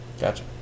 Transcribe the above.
Gotcha